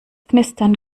knistern